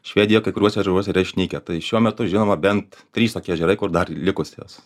švedija kai kuriuose ežeruose yra išnykę tai šiuo metu žinoma bent trys tokie ežerai kur dar likusios